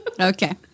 okay